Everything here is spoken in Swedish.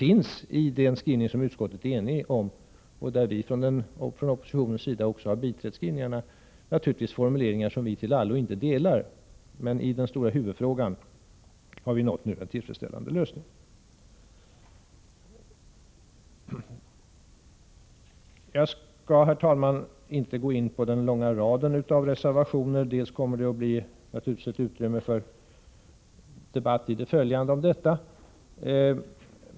I den skrivning som utskottet är enig om — även oppositionen har alltså biträtt skrivningen — finns det naturligtvis formuleringar som vi inte till fullo delar, men i den stora huvudfrågan har vi nått en tillfredsställande lösning. Herr talman! Jag skall inte gå in på den långa raden av reservationer. Det kommer att bli utrymme för det i den följande debatten.